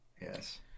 Yes